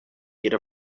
gate